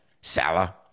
Salah